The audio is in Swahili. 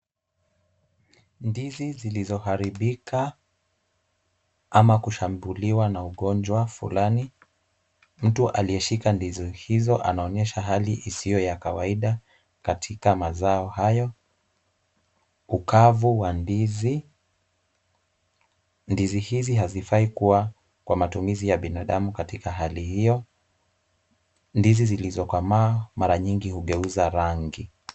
Ndizi zilizoharibika ama kushambuliwa na ugonjwa fulani, mtu aliyeshika ndizi hizo anaonyesha hali isiyo ya kawaida katika mazao hayo ukavu wa ndizi. Ndizi hizi hazifai kuwa kwa matumizi ya binadamu katika hali hiyo. Ndizi zilizokomaa mara nyingi hugeuza rangi.